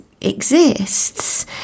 exists